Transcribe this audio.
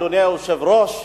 אדוני היושב-ראש,